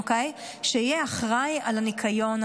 שיהיה אחראי לניקיון,